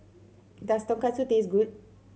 does Tonkatsu taste good